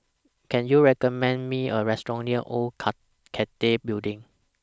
Can YOU recommend Me A Restaurant near Old Cathay Building